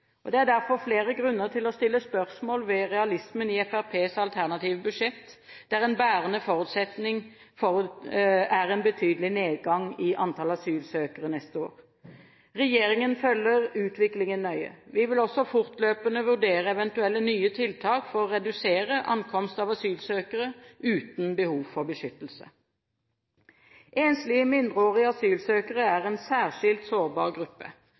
Det er derfor flere grunner til å stille spørsmål ved realismen i Fremskrittspartiets alternative budsjett der en bærende forutsetning er en betydelig nedgang i antall asylsøkere neste år. Regjeringen følger utviklingen nøye. Vi vil også fortløpende vurdere eventuelle nye tiltak for å redusere ankomst av asylsøkere uten behov for beskyttelse. Enslige mindreårige asylsøkere er en særskilt sårbar gruppe.